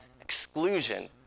exclusion